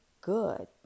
good